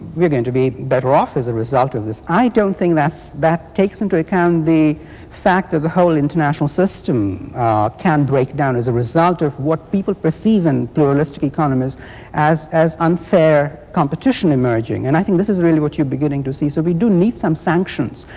we're going to be better off as a result of this. i don't think that takes into account the fact of the whole international system can break down as a result of what people perceive in pluralist economies as as unfair competition emerging. and i think this is really what you're beginning to see. so we do need some sanctions.